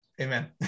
amen